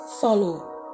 follow